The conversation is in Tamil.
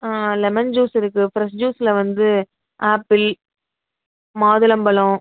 லெமன் ஜூஸ் இருக்கு ஃப்ரெஷ் ஜூஸில் வந்து ஆப்பிள் மாதுளம் பழம்